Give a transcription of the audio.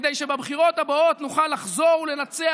כדי שבבחירות הבאות נוכל לחזור ולנצח